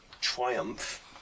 triumph